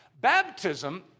Baptism